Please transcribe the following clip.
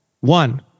One